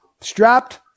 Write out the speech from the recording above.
strapped